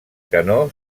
canó